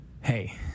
Hey